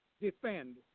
defend